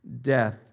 death